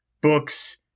books